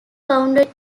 boundary